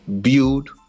build